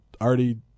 already